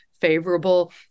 favorable